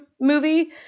movie